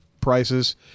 prices